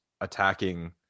attacking